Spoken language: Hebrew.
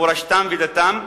מורשתם ודתם,